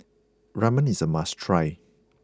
Ramen is a must try